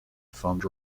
fund